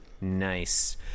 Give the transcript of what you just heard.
Nice